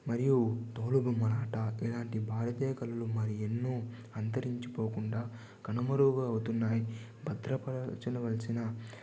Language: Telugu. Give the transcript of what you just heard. మరియు తోలుబొమ్మలాట ఇలాంటి భారతీయ కళలు మరి ఎన్నో అంతరించిపోకుండా కనుమరుగు అవుతున్నాయి భద్రపరచినవల్సిన